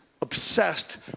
obsessed